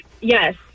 yes